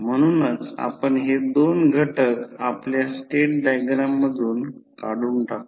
म्हणूनच आपण हे दोन घटक आपल्या स्टेट डायग्राममधून काढून टाकतो